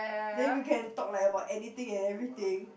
then we can talk like about anything and everything